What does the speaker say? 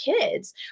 kids